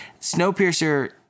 Snowpiercer